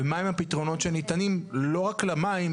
ומה הם הפתרונות שניתנים לא רק למים,